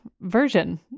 version